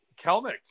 Kelnick